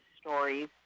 stories